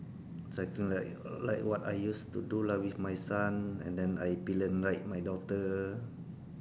so I think like like what I used to do lah with my son and then I pillion ride my daughter